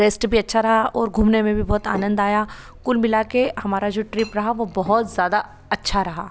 rest भी अच्छा रहा और घूमने में भी बहुत आनंद आया कुल मिला के हमारा जो ट्रिप रहा वो बहुत ज़्यादा अच्छा रहा